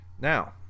Now